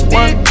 one